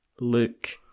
Luke